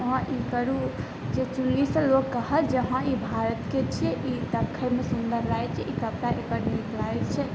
अहाँ ई करूँ जे चुन्नीसॅं लोक क़हत जे हँ ई भारतके छियै ई देख़यमे सुन्दर लागै छै ई कपड़ा बड नीक लागै छै